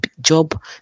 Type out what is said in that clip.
job